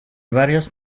varios